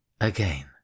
Again